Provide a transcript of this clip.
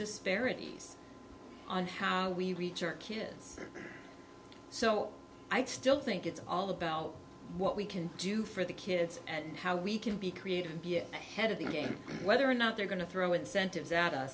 disparities on how we reach our kids so i still think it's all about what we can do for the kids and how we can be creative and be a head of the game whether or not they're going to throw incentives